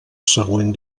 següent